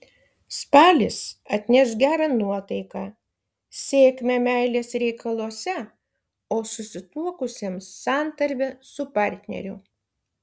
spalis atneš gerą nuotaiką sėkmę meilės reikaluose o susituokusiems santarvę su partneriu